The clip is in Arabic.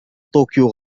طوكيو